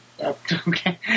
Okay